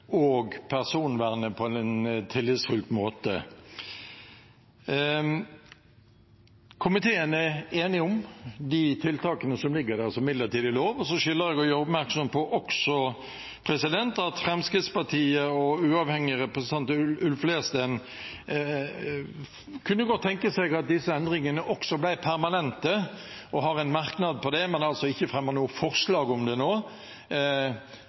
og personvernet på en tillitsfull måte. Komiteen er enig om de tiltakene som ligger der som midlertidig lov. Og så skylder jeg å gjøre oppmerksom på at Fremskrittspartiet og uavhengig representant Ulf Leirstein godt kunne tenke seg at disse endringene også ble permanente og har en merknad på det, men de har altså ikke fremmet noe forslag om det nå.